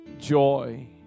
joy